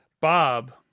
Bob